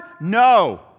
No